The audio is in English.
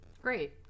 Great